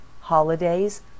holidays